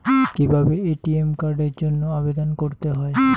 কিভাবে এ.টি.এম কার্ডের জন্য আবেদন করতে হয়?